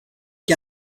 que